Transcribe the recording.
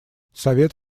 совет